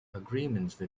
agreements